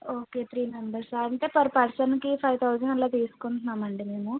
okay three మెంబెర్సా అంటే per పర్సన్కి ఫైవ్ థౌజండ్ అలా తీసుకుంటున్నామండి మేము